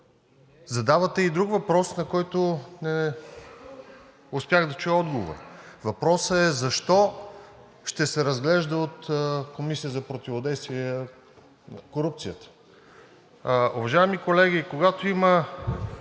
Задавате и друг въпрос, на който не успях да чуя отговора. Въпросът е: защо ще се разглежда от Комисията за противодействие на корупцията?